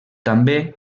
també